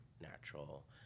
natural